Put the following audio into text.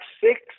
six